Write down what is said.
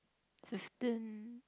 fifteen